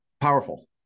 powerful